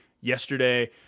yesterday